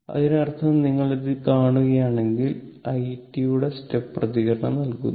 അതിനർത്ഥം നിങ്ങൾ ഇത് കാണുകയാണെങ്കിൽ i t യുടെ സ്റ്റെപ്പ് പ്രതികരണം നൽകുന്നു